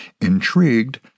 Intrigued